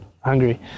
hungry